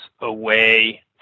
away